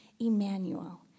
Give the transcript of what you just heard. Emmanuel